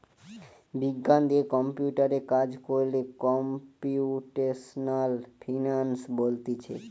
বিজ্ঞান দিয়ে কম্পিউটারে কাজ কোরলে কম্পিউটেশনাল ফিনান্স বলতিছে